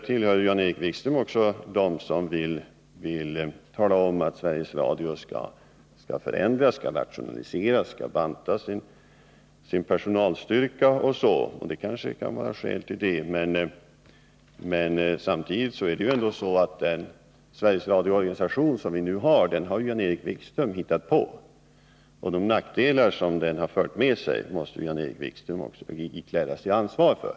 Också Jan-Erik Wikström är en av dem som talar om att Sveriges Radio skall förändras och rationaliseras, att Sveriges Radio skall banta ned sin personalstyrka etc. Det kanske kan finnas skäl att göra det. Men samtidigt måste man konstatera att Sveriges Radios nuvarande organisation är ett påhitt av Jan-Erik Wikström. De nackdelar som organisationen har fört med sig måste också Jan-Erik Wikström ikläda sig ansvar för.